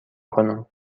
کنم